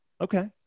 Okay